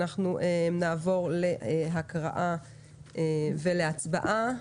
אנחנו נעבור להקראה ולהצבעה.